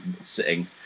sitting